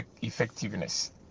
effectiveness